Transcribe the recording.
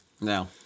No